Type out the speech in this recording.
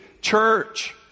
church